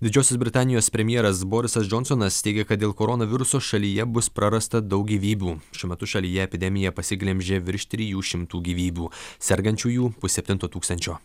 didžiosios britanijos premjeras borisas džonsonas teigė kad dėl koronaviruso šalyje bus prarasta daug gyvybių šiuo metu šalyje epidemija pasiglemžė virš trijų šimtų gyvybių sergančiųjų pusseptinto tūkstančio